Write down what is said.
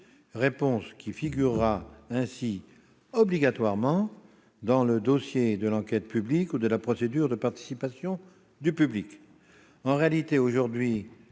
réponse figurera obligatoirement dans le dossier de l'enquête publique ou de la procédure de participation du public. En réalité,